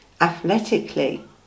athletically